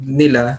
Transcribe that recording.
nila